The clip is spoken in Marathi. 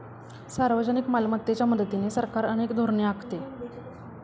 सार्वजनिक मालमत्तेच्या मदतीने सरकार अनेक धोरणे आखते